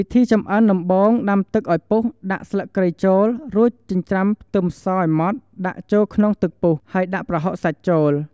វិធីចម្អិនដំបូងដាំទឹកអោយពុះដាក់ស្លឹកគ្រៃចូល រួចចិញ្ច្រាំខ្ទឹមសឲ្យម៉ដ្ឋចាក់ចូលក្នុងទឹកពុះ ហើយដាក់ប្រហុកសាច់ចូល។